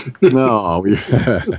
No